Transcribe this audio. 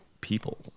people